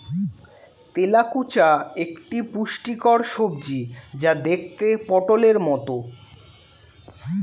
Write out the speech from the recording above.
তেলাকুচা একটি পুষ্টিকর সবজি যা দেখতে পটোলের মতো